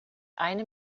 eine